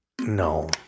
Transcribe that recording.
No